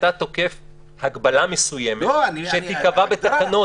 אתה תוקף הגבלה מסוימת שתיקבע בתקנות.